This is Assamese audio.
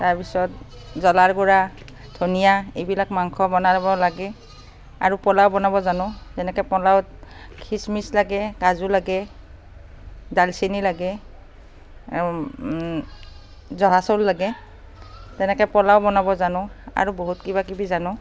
তাৰপিছত জ্বলাৰ গুৰা ধনিয়া এইবিলাক মাংস বনাব লাগে আৰু পোলাও বনাব জানো যেনেকৈ পোলাওত খিচমিচ লাগে কাজু লাগে ডালচেনি লাগে জহা চাউল লাগে তেনেকৈ পোলাও বনাব জানো আৰু বহুত কিবা কিবি জানো